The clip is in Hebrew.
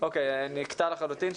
נקטע לחלוטין.